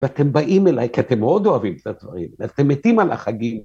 ואתם באים אליי כי אתם מאוד אוהבים את הדברים, אתם מתים על החגים.